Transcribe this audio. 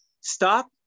stop